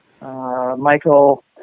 Michael